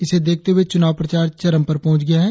इसे देखते हुए चुनाव प्रचार चरम पर पहुंच गया है